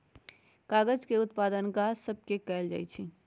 कागज के उत्पादन गाछ सभ से कएल जाइ छइ